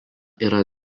yra